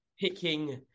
picking